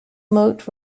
moat